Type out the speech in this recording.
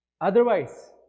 Otherwise